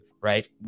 right